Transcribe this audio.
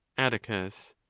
atticus.